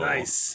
Nice